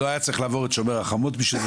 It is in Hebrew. לא היה צריך לעבור את 'שומר החומות' בשביל זה.